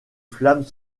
flamme